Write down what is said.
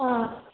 ꯑꯥ